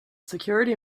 security